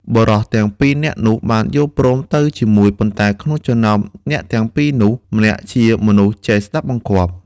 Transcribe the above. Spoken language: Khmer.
បុរសទាំងពីរនាក់នោះបានយល់ព្រមទៅជាមួយ ប៉ុន្តែក្នុងចំណោមអ្នកទាំងពីរនោះ ម្នាក់ជាមនុស្សចេះស្តាប់បង្គាប់។